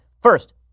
First